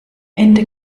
ende